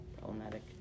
problematic